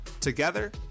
Together